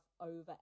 over